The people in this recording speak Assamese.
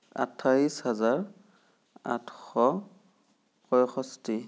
আঠাইছ হাজাৰ আঠশ পঁয়ষষ্ঠি